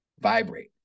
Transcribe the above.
vibrate